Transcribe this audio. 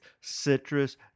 citrus